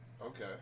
Okay